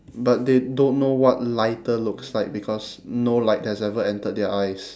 but they don't know what lighter looks like because no light has ever entered their eyes